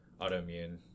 autoimmune